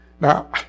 now